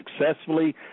successfully